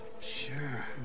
Sure